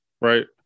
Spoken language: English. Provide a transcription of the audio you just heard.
right